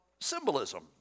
symbolism